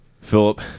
Philip